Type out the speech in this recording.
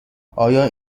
آیا